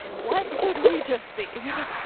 what did we just see?